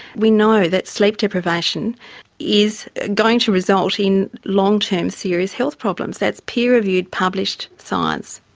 we know that sleep deprivation is going to result in long-term serious health problems. that's peer reviewed, published science.